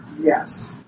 Yes